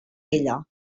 ella